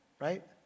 right